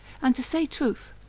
and to say truth,